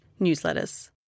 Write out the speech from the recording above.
newsletters